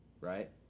right